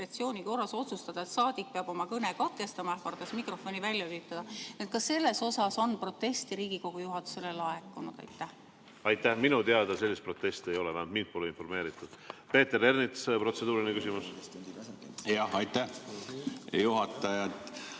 Aitäh! Minu teada sellist protesti ei ole, vähemalt mind pole sellest informeeritud. Peeter Ernits, protseduuriline küsimus. Aitäh!